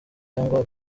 cyangwa